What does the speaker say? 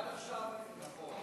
עד עכשיו, נכון.